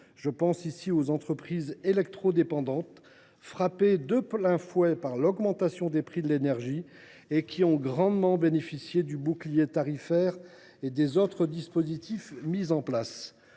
Je pense ici aux entreprises électro dépendantes, frappées de plein fouet par l’augmentation des prix de l’énergie, qui ont grandement bénéficié du bouclier tarifaire et des autres dispositifs mis en place.